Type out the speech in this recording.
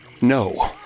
No